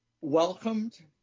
welcomed